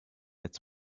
its